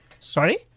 Sorry